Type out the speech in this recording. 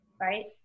right